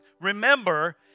Remember